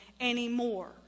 anymore